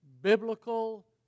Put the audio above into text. biblical